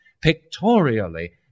Pictorially